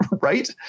right